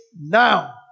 now